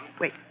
Wait